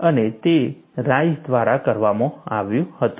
અને તે રાઇસ દ્વારા કરવામાં આવ્યું હતું